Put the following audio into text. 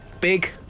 Big